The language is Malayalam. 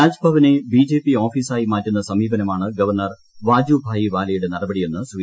രാജ്ഭവനെ ബിജെപി ഓഫീസായിക്കുറ്റു്ന്ന സമീപനമാണ് ഗവർണ്ണർ വാജുഭായി വാലയുടെ നട്പ്ടിക്കയന്ന് ശ്രീ